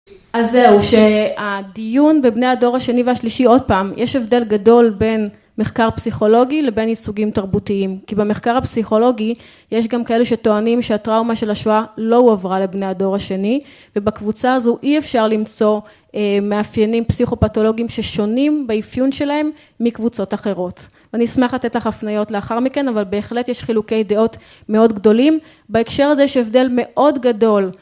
אז זהו, שהדיון בבני הדור השני והשלישי, עוד פעם, יש הבדל גדול בין מחקר פסיכולוגי לבין ייצוגים תרבותיים, כי במחקר הפסיכולוגי, יש גם כאלה שטוענים שהטראומה של השואה לא הועברה לבני הדור השני, ובקבוצה הזו אי אפשר למצוא מאפיינים פסיכופתולוגיים ששונים באיפיון שלהם, מקבוצות אחרות. אני אשמח לתת לך הפניות לאחר מכן, אבל בהחלט יש חילוקי דעות מאוד גדולים. בהקשר הזה יש הבדל מאוד גדול.